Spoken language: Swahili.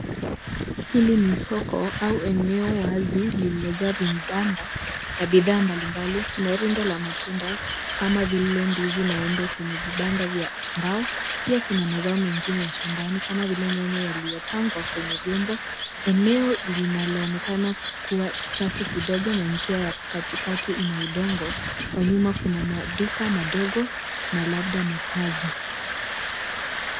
Hili ni soko au eneo wazi lililojaa vibanda na bidhaa mbalimbali. Kuna rundo la matunda kama vile ndizi na embe kwenye vibanda vya mbao. Pia kuna mazao mengine ya shambani kama vile nyanya yaliyopangwa kwenye vyombo. Eneo linaloonekana kua chafu kidogo na njia ya katikati ina udongo, kwa nyuma kuna maduka madogo na labda makazi.